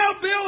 Bill